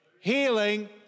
Healing